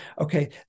okay